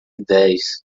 dez